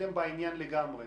אתם בעניין לגמרי.